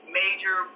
major